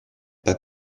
pas